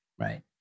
right